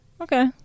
Okay